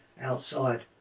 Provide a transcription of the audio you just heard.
outside